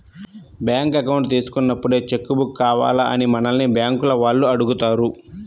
bank account తీసుకున్నప్పుడే cheque book కావాలా అని మనల్ని బ్యేంకుల వాళ్ళు అడుగుతారు